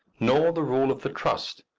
nor the rule of the trust,